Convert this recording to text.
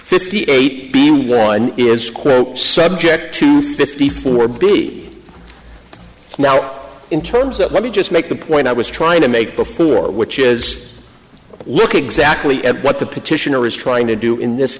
fifty eight b one is subject to fifty four b now out in terms of let me just make the point i was trying to make before which is look exactly what the petitioner is trying to do in this